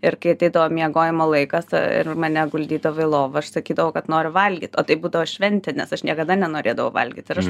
ir kai ateidavo miegojimo laikas ir mane guldydavo į lovą aš sakydavau kad noriu valgyt o tai būdavo šventė nes aš niekada nenorėdavau valgyt ir aš